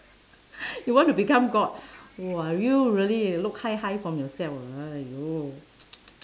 you want to become god !wah! you really look high high from yourself !aiyo!